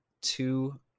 two